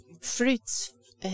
fruits